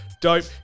dope